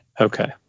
Okay